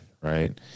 right